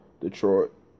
Detroit